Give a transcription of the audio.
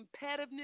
competitiveness